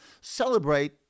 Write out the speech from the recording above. celebrate